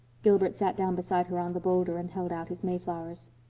gilbert sat down beside her on the boulder and held out his mayflowers.